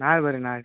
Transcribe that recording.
ನಾಳೆ ಬನ್ರಿ ನಾಳೆ